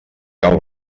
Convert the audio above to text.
cal